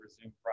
resume